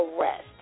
arrest